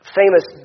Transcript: famous